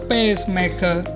Pacemaker